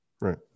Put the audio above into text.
right